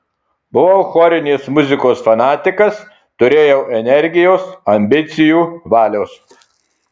buvau chorinės muzikos fanatikas turėjau energijos ambicijų valios